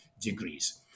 degrees